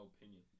opinion